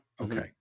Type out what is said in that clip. Okay